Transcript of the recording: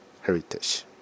heritage